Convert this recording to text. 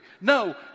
No